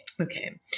okay